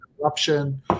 corruption